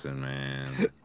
man